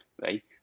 right